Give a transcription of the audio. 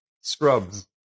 Scrubs